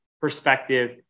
perspective